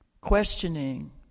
Questioning